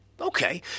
okay